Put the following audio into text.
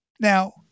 now